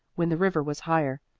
when the river was higher.